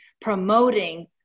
promoting